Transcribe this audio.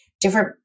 different